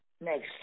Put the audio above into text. next